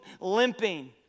limping